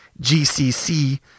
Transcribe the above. GCC